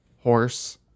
horse